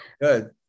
Good